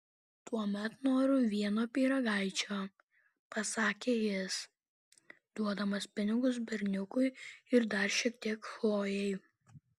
tuomet noriu vieno pyragaičio pasakė jis duodamas pinigus berniukui ir dar šiek tiek chlojei